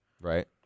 Right